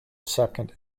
second